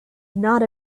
not